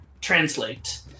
translate